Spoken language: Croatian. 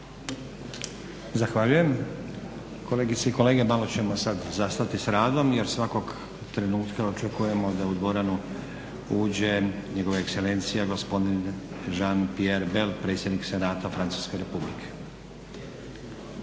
Zahvaljujem. Kolegice i kolege malo ćemo sada zastati s radom jer svakog trenutka očekujemo da u dvoranu uđe Njegova ekscelencija gospodin Jean Pierre-Bel, predsjednik Senata Francuske Republike.